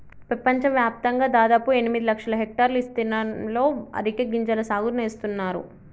పెపంచవ్యాప్తంగా దాదాపు ఎనిమిది లక్షల హెక్టర్ల ఇస్తీర్ణంలో అరికె గింజల సాగు నేస్తున్నారు